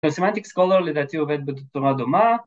‫סמנטיק סקולר לדעתי עובד בצורה דומה.